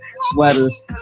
sweaters